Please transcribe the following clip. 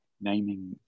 naming